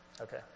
Okay